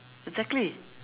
exactly